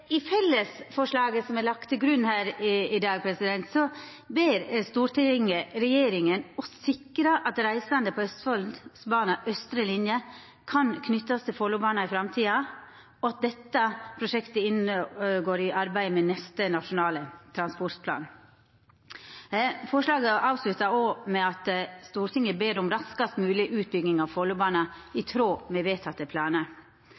I fellesforslaget som er lagt til grunn her i dag, ber Stortinget regjeringa å sikra at reisande på Østfoldbanas austre linje kan knytast til Follobana i framtida, og at dette prosjektet går inn i arbeidet med neste Nasjonal transportplan. Forslaget avsluttar med at Stortinget ber om raskast mogleg utbygging av Follobana, i tråd med vedtekne planar.